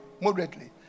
moderately